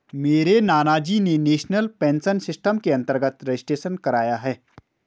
मेरे नानाजी ने नेशनल पेंशन सिस्टम के अंतर्गत रजिस्ट्रेशन कराया है